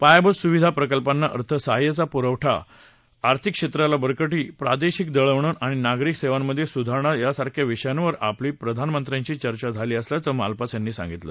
पायाभूत सुविधा प्रकल्पांना अर्थसहाय्याचा पुरवठा आर्थिक क्षेत्राला बळकटी प्रादेशिक दळणवळण आणि नागरी सेवांमध्ये सुधारणा यांसारख्या विषयांवर आपली प्रधानमंत्र्यांशी चर्चा झाली असं मालपास यांनी सांगितलं